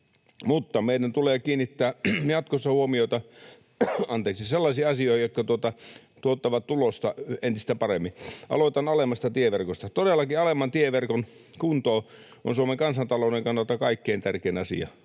meidän tulee kiinnittää jatkossa huomiota sellaisiin asioihin, jotka tuottavat tulosta entistä paremmin. Aloitan alemmasta tieverkosta. Todellakin, alemman tieverkon kunto on Suomen kansantalouden kannalta kaikkein tärkein asia,